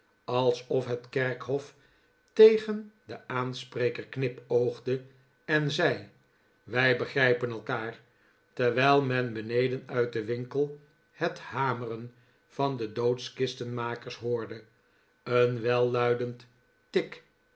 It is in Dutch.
alsof het kerkhof tegen den aanspreker knipoogde en zei wij begrijpen elkaar terwijl men beneden uit den winkel het hameren van de doodkistenmakers hoorde een welluidend tik